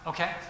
Okay